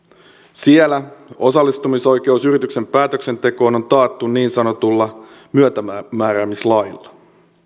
siellä osallistumisoikeus yrityksen päätöksentekoon on taattu niin sanotulla myötämääräämislailla